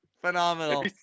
Phenomenal